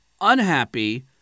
unhappy